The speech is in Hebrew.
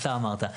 אתה אמרת.